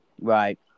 Right